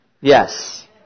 Yes